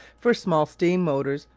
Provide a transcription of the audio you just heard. for small steam motors,